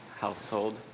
household